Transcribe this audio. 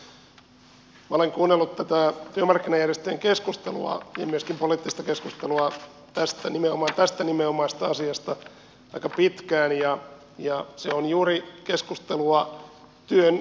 minä olen kuunnellut tätä työmarkkinajärjestöjen keskustelua myöskin poliittista keskustelua nimenomaan tästä nimenomaisesta asiasta aika pitkään ja se on juuri keskustelua työn kysynnästä ja tarjonnasta